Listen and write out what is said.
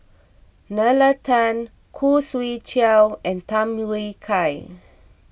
Nalla Tan Khoo Swee Chiow and Tham Yui Kai